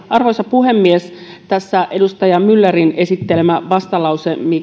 arvoisa puhemies tässä edustaja myllerin esittelemässä vastalauseessa